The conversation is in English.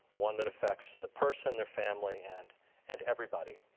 one that affects the person, their family, and and everybody.